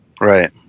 Right